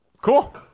Cool